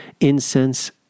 Incense